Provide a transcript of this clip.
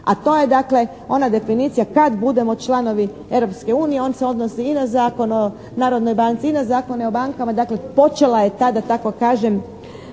a to je dakle ona definicija kad budemo članovi Europske unije on se odnosi i na Zakon o narodnoj banci i na Zakone o bankama, dakle počela je ta da tako kažem